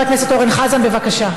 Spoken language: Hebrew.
חבר הכנסת אורן חזן, בבקשה.